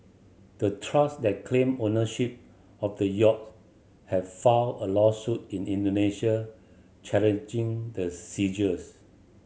the trust that claim ownership of the yachts have a lawsuit in Indonesia challenging the seizures